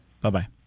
Bye-bye